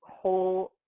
whole